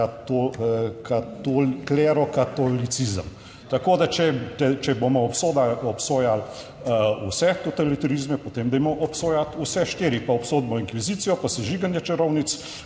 klerokaatolicizem. Tako da, če bomo obsojali vse totalitarizme, potem dajmo obsojati vse štiri, pa obsodimo inkvizicijo, pa sežiganje čarovnic,